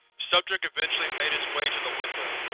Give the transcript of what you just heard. subject eventually made its way to the window,